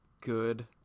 good